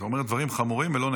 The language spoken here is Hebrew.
אתה אומר דברים חמורים ולא נכונים.